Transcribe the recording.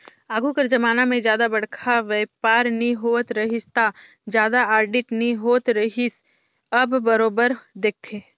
आघु कर जमाना में जादा बड़खा बयपार नी होवत रहिस ता जादा आडिट नी होत रिहिस अब बरोबर देखथे